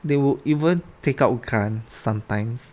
they would even take out guns sometimes